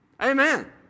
Amen